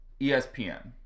ESPN